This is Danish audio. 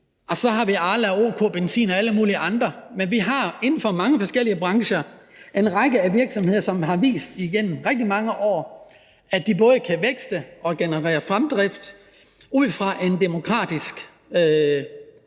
Og så har vi Arla, OK Benzin og alle mulige andre. Men vi har inden for mange forskellige brancher en række virksomheder, som igennem rigtig mange år har vist, at de både kan vækste og generere fremdrift ud fra et demokratisk